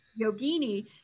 yogini